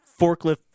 Forklift